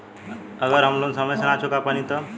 अगर हम लोन समय से ना चुका पैनी तब?